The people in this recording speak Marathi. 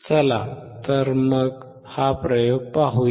चला तर मग हा प्रयोग पाहूया